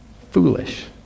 Foolish